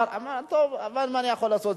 קואליציה, טוב, מה אני יכול לעשות.